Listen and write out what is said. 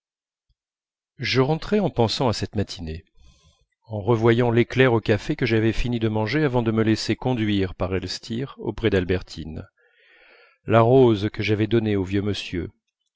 je rentrai en pensant à cette matinée en revoyant l'éclair au café que j'avais fini de manger avant de me laisser conduire par elstir auprès d'albertine la rose que j'avais donnée au vieux monsieur